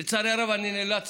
לצערי הרב, אני נאלץ